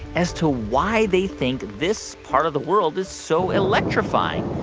as to why they think this part of the world is so electrifying.